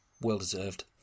Well-deserved